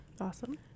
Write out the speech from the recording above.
Awesome